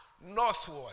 northward